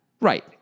right